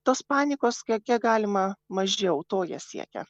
tos panikos kiek kiek galima mažiau to jie siekia